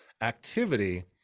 activity